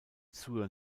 zur